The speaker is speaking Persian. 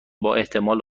باحتمال